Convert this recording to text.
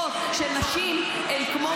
שנשים הן קבוצות מודרות,